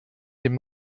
dem